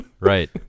Right